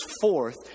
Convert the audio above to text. forth